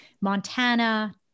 Montana